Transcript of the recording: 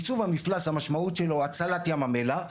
ייצוב המפלס המשמעות שלו הצלת ים המלח,